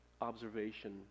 observation